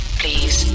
please